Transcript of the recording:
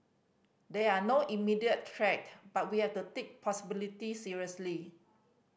there are no immediate threat but we have to take possibility seriously